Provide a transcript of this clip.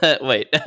Wait